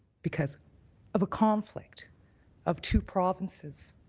because of a conflict of two provinces.